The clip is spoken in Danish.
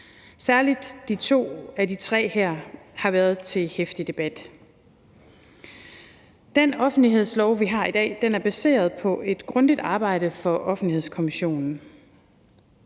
Særlig to af de tre ting her har været til heftig debat. Den offentlighedslov, vi har i dag, er baseret på et grundigt arbejde fra Offentlighedskommissionen.